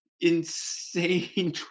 insane